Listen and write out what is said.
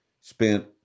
spent